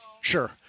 Sure